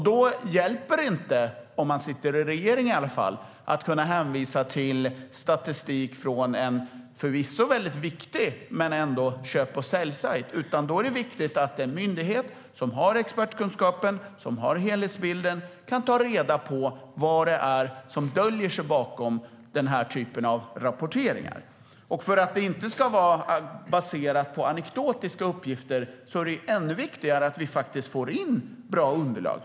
Då hjälper det inte - i alla fall inte om man sitter i regeringen - att hänvisa till statistik från ett förvisso viktigt håll men ändå en köp-och-sälj-sajt, utan då är det viktigt att den myndighet som har expertkunskapen och helhetsbilden kan ta reda på vad som döljer sig bakom den här typen av rapporteringar. För att det hela inte ska vara baserat på anekdotiska uppgifter är det ännu viktigare att vi får in bra underlag.